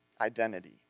identity